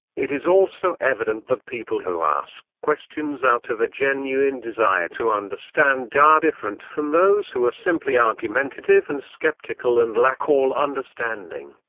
it is also evident that people people who ask questions out of a genuine desire to understand are different from those who are simply argumentative and skeptical and lack all understanding.